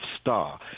star